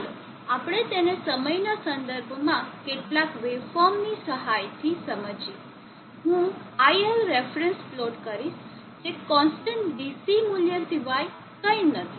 ચાલો આપણે તેને સમયના સંદર્ભમાં કેટલાક વેવફોર્મની સહાયથી સમજીએ હું iLref પ્લોટ કરીશ જે કોન્સ્ટન્ટ ડીસી મૂલ્ય સિવાય કંઈ નથી